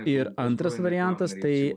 ir antras variantas tai